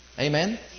Amen